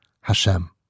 Hashem